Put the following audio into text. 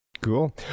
cool